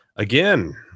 Again